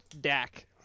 Dak